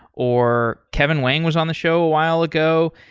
or kevin lang was on the show a while ago.